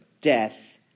death